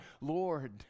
Lord